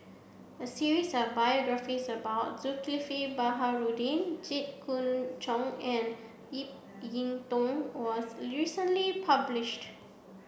a series of biographies about Zulkifli Baharudin Jit Koon Ch'ng and Ip Yiu Tung was recently published